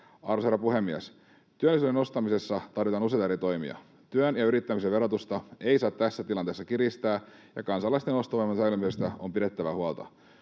eri toimia. Työn ja yrittämisen verotusta ei saa tässä tilanteessa kiristää, ja kansalaisten ostovoiman säilymisestä on pidettävä huolta.